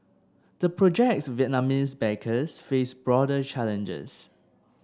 the project's Vietnamese backers face broader challenges